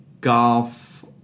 golf